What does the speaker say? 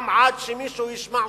עד שמישהו ישמע אותנו.